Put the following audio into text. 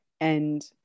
and-